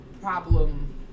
problem